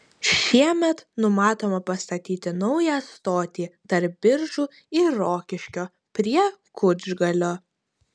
šiemet numatoma pastatyti naują stotį tarp biržų ir rokiškio prie kučgalio